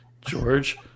George